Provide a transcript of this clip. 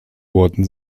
worden